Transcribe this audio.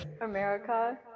America